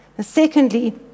Secondly